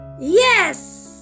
Yes